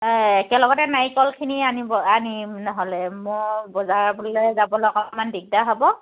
একেলগতে নাৰিকলখিনি আনিব আনিম নহ'লে মই বজাৰলৈ যাবলৈ অকণমান দিগদাৰ হ'ব